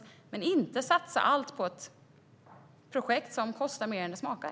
Vi ska inte satsa allt på ett projekt som kostar mer än det smakar.